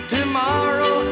Tomorrow